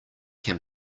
can